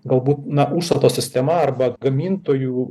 galbūt na užstato sistema arba gamintojų